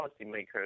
policymakers